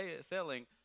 selling